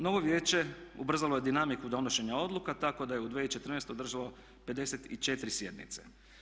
Novo vijeće ubrzalo je dinamiku donošenja odluka, tako da je u 2014. održalo 54 sjednice.